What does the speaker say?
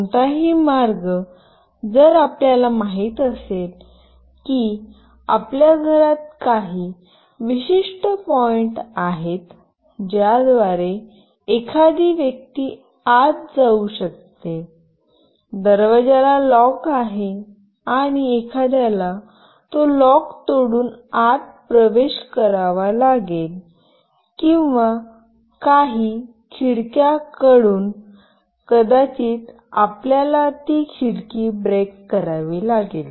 कोणताही मार्ग जर आपल्याला माहित असेल की आपल्या घरात काही विशिष्ट पॉईंट आहेत ज्याद्वारे एखादी व्यक्ती आत जाऊ शकते दरवाजाला लॉक आहे आणि एखाद्याला तो लॉक तोडून आत प्रवेश करावा लागेल किंवा काही खिडक्या कडून कदाचित आपल्याला ती खिडकी ब्रेक करावी लागेल